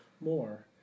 more